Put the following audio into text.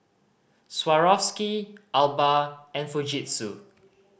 Swarovski Alba and Fujitsu